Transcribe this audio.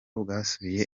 bwasubiye